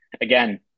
Again